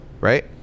right